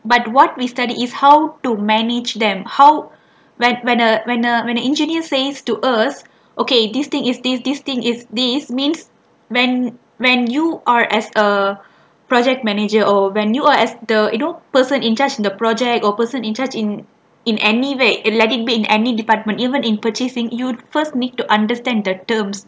but what we study is how to manage them how when when uh when uh when the engineer say to us okay this thing is this this thing is this means when when you are as a project manager or when you are as the you know person in charge the project or person in charge in anyway let it been any department even in purchasing you first need to understand the terms